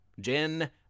Jen